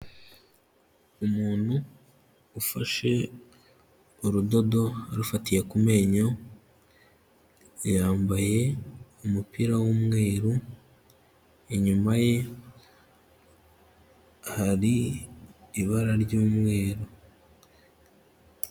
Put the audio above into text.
Umuntu ufashe urudodo arufatiye ku menyo, yambaye umupira w'umweru, inyuma ye hari ibara ry'umweru.